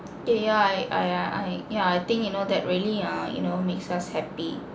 eh yeah I I I yeah I think you know that really ah you know makes us happy